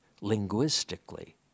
linguistically